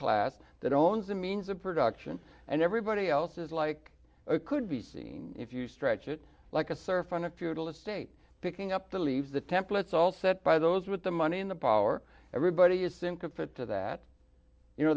class that owns the means of production and everybody else is like could be seen if you stretch it like a serf on a feudal estate picking up the leaves the templates all set by those with the money in the power everybody is sent to fit to that you know